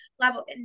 level